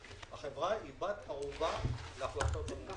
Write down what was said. החברה היא בת ערובה להחלטות הממשלה.